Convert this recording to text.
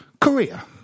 Korea